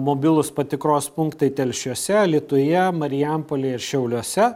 mobilūs patikros punktai telšiuose alytuje marijampolėj ir šiauliuose